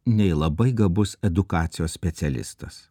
nei labai gabus edukacijos specialistas